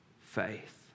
faith